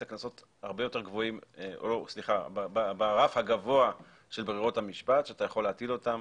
הקנסות ברף הגבוה של ברירות המשפט שאתה יכול להטיל אותם,